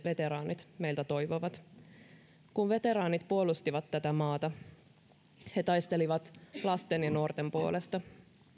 veteraanit meiltä toivovat kun veteraanit puolustivat tätä maata he taistelivat lasten ja nuorten puolesta